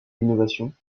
l’innovation